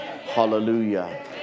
Hallelujah